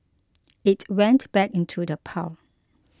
it went back into the pile